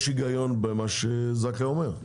יש היגיון במה שזכאי אומר.